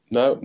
no